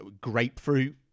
grapefruit